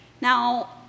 Now